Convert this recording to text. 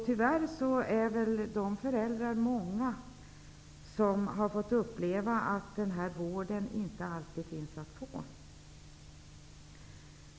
Tyvärr är nog de föräldrar många som har fått uppleva att den här vården inte alltid finns att få.